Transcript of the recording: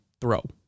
throw